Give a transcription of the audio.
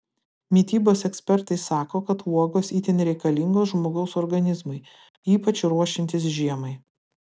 mitybos ekspertai sako kad uogos itin reikalingos žmogaus organizmui ypač ruošiantis žiemai